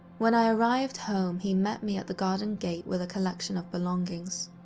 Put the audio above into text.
when i arrived home he met me at the garden gate with a collection of belongings.